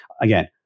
again